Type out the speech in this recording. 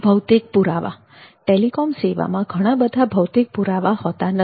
ભૌતિક પુરાવા ટેલિકોમ સેવામાં ઘણા બધા ભૌતિક પુરાવા હોતા નથી